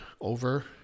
over